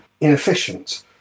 inefficient